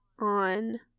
on